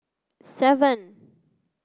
seven